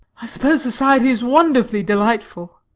i suppose society is wonderfully delightful!